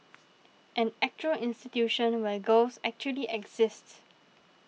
an actual institution where girls actually exist